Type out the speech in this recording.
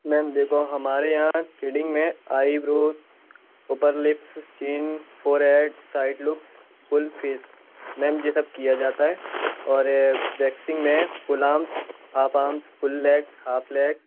ma'am देखो हमारे यहाँ थ्रेडिंग में eyebrows upper lips chin forehead side look full face ma'am यह सब किया जाता है और वैक्सिंग में full arm half arm full leg half leg